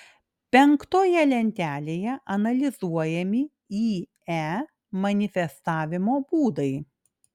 penktoje lentelėje analizuojami ie manifestavimo būdai